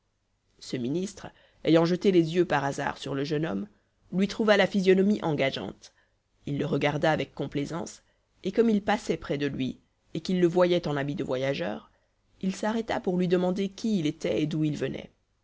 ce ministre ayant jeté les yeux par hasard sur le jeune homme lui trouva la physionomie engageante il le regarda avec complaisance et comme il passait près de lui et qu'il le voyait en habit de voyageur il s'arrêta pour lui demander qui il était et d'où il venait